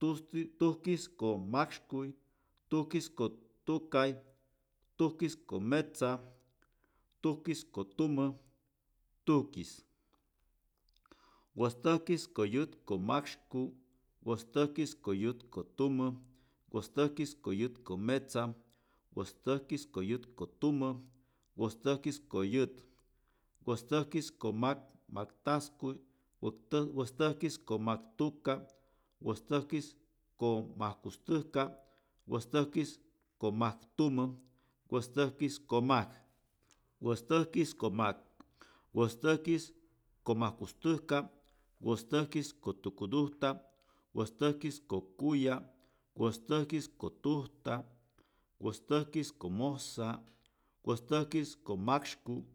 Tujkis tujkis ko majksykuy tujkis ko tukay tujkis ko metza tujkis ko tumä tujkis wäjstäjkis ko yäjt ko majksyku wäjstäjkis ko yäjt ko tumä wäjstäjkis ko yäjt ko metza wäjstäjkis ko yäjt ko tumä wäjstäjkis ko yäjt wäjstäjkis ko majk majktajskuy wastäj wäjstäjkis ko majk tuka wäjstäjkis ko majkujstäjka wäjstäjkis ko majk tumä wäjstäjkis ko majk wäjstäjkis ko majk wäjstäjkis ko majkustäjta wäjstäjkis ko tukutujta wäjstäjkis ko kuya' wäjstäjkis ko tujta wäjstäjkis ko mojsa wäjstäjkis ko majksyku